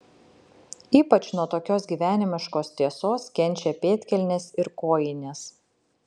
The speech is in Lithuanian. ypač nuo tokios gyvenimiškos tiesos kenčia pėdkelnės ir kojinės